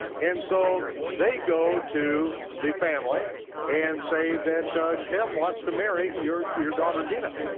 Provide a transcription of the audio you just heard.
and so they go to the family and say that sichem wants to marry your your daughter dinah,